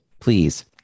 Please